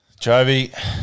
Jovi